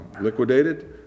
liquidated